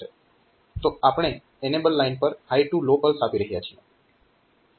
તો આપણે enable line પર હાય ટૂ લો પલ્સ આપી રહ્યા છીએ